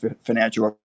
financial